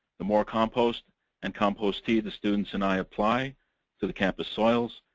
the more compost and compost tea the students and i apply to the campus soils,